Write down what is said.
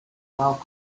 while